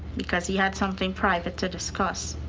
because he had something private to discuss.